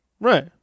Right